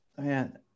man